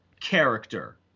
character